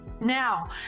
Now